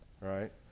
right